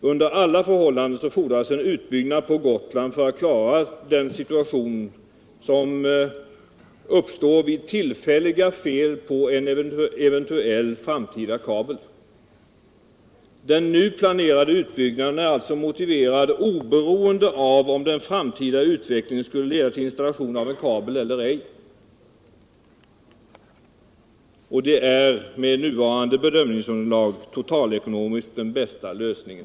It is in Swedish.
Under alla förhållanden fordras en utbyggnad på Gotland för att klara den situation som uppstår vid tillfälliga fel på en even tuell framtida kabel. Den nu planerade utbyggnaden är alltså motiverad Nr 55 oberoende om den framtida utvecklingen skulle leda till installation av en kabel eller ej. Det är med nuvarande bedömningsunderlag totalekonomiskt den bästa lösningen.